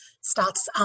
starts